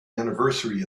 anniversary